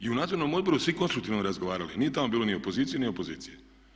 I u nadzornom odboru svi konstruktivno razgovarali, nije tamo bilo ni pozicije ni opozicije.